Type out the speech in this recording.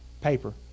paper